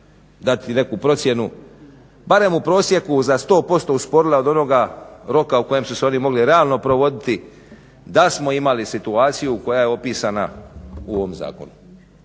dat i neku procjenu barem u prosjeku za 100% usporila od onoga roka u kojem su se oni mogli realno provoditi da smo imali situaciju koja je opisana u ovom zakonu.